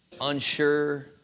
unsure